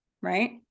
right